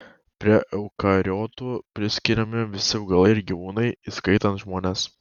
prie eukariotų priskiriami visi augalai ir gyvūnai įskaitant žmones